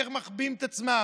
ואיך מחביאים את עצמם,